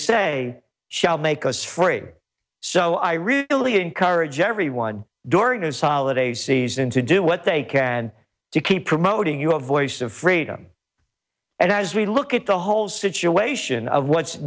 say shall make us free so i really encourage everyone during this holiday season to do what they can to keep promoting you a voice of freedom and as we look at the whole situation of what's